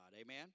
Amen